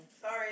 Sorry